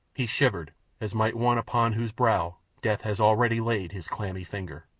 he shivered as might one upon whose brow death has already laid his clammy finger.